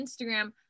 Instagram